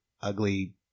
ugly